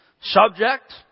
subject